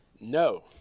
No